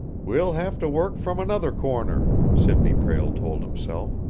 we'll have to work from another corner, sidney prale told himself.